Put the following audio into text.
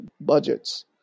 budgets